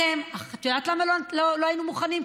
את יודעת למה לא היינו מוכנים?